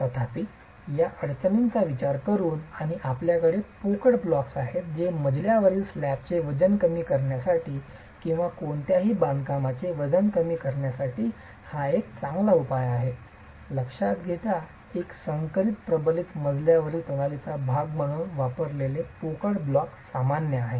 तथापि या अडचणींचा विचार करून आणि आपल्याकडे पोकळ ब्लॉक्स आहेत जे मजल्यावरील स्लॅबचे वजन कमी करण्यासाठी किंवा कोणत्याही बांधकामाचे वजन कमी करण्यासाठी एक चांगला उपाय आहे हे लक्षात घेता एक संकरित प्रबलित मजल्यावरील प्रणालीचा भाग म्हणून वापरलेले पोकळ ब्लॉक्स सामान्य आहे